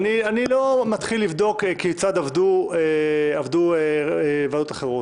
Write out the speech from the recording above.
אני לא מתחיל לבדוק כיצד עבדו ועדות אחרות.